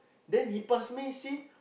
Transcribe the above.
then he pass me see